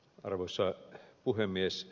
arvoisa puhemies